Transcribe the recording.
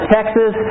Texas